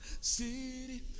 city